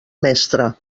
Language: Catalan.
mestre